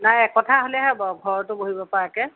নাই একঠা হ'লেহে হ'ব ঘৰটো বহিব পৰাকৈ